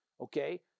okay